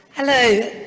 Hello